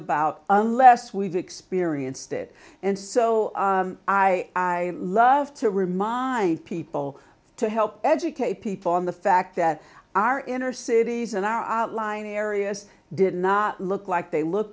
about unless we've experienced it and so i i love to remind people to help educate people on the fact that our inner cities and our outlying areas did not look like they look